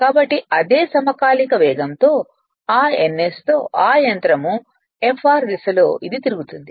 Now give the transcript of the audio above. కాబట్టి అదే సమకాలిక వేగంతో ఆ ns తో ఆ యంత్రం Fr దిశలో ఇది తిరుగుతుంది